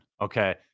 okay